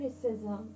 criticism